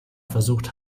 versucht